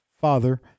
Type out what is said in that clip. father